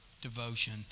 devotion